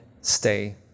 stay